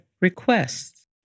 requests